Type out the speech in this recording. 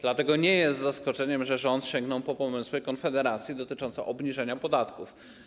Dlatego nie jest zaskoczeniem, że rząd sięgnął po pomysły Konfederacji dotyczące obniżenia podatków.